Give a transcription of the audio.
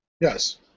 Yes